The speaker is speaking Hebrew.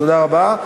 תודה רבה.